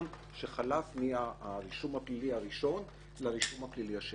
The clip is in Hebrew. שחלף מהרישום הפלילי הראשון לרישום הפלילי השני.